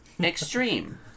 Extreme